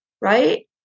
right